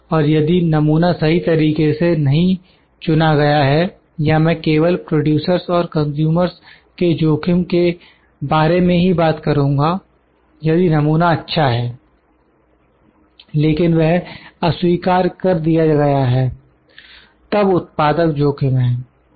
और यदि नमूना सही तरीके से नहीं चुना गया है या मैं केवल प्रोड्यूसर्स और कंज्यूमर्स के जोखिम के बारे में ही बात करुंगा यदि नमूना अच्छा है लेकिन वह अस्वीकार कर दिया गया है तब उत्पादक जोखिम में है